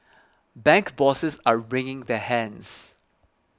bank bosses are wringing their hands